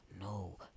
No